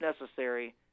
necessary